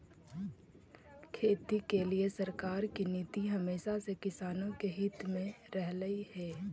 खेती के लिए सरकार की नीति हमेशा से किसान के हित में रहलई हे